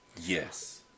Yes